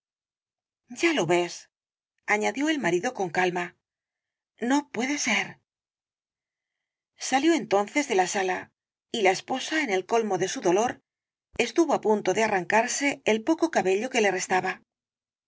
ya lo ves añadió el marido con calma no puede ser salió entonces de la sala y la esposa en el colmo de su dolor estuvo á punto de arrancarse el poco el caballero de las botas azules cabello que le restaba